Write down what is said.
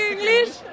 English